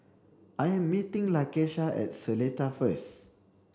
I am meeting Lakesha at Seletar first